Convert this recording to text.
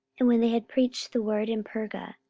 and when they had preached the word in perga,